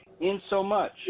Insomuch